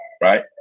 right